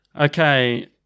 Okay